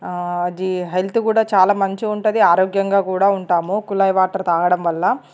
అది హెల్త్ కూడా చాలా మంచిగా ఉంటుంది ఆరోగ్యంగా కూడా ఉంటాము కుళాయి వాటర్ తాగడం వల్ల